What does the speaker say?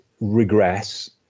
regress